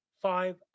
five